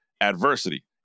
adversity